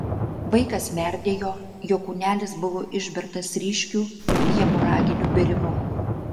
vaikas merdėjo jo kūnelis buvo išbertas ryškiu hemoraginiu bėrimu